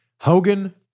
Hogan